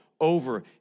over